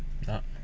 yup